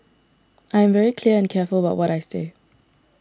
I am very clear and careful about what I say